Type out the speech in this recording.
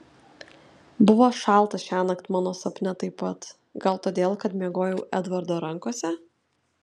buvo šalta šiąnakt mano sapne taip pat gal todėl kad miegojau edvardo rankose